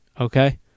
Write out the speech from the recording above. okay